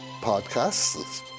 podcasts